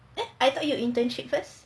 eh I thought you internship first